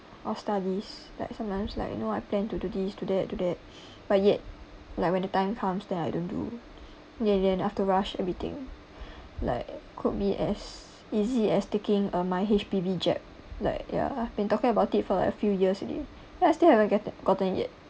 or studies like sometimes like you know I plan to do this do that do that but yet like when the time comes then I don't do then in the end have to rush everything like could be as easy as taking uh my H_P_B jab like ya I've been talking about it for a few years already and I still haven't get gotten it yet